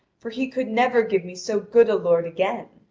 for he could never give me so good a lord again.